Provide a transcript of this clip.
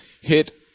hit